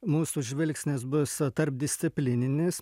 mūsų žvilgsnis bus tarpdisciplininis